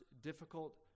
difficult